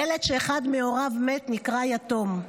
ילד שאחד מהוריו מת נקרא יתום.